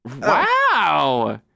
Wow